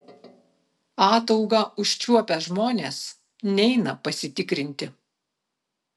ataugą užčiuopę žmonės neina pasitikrinti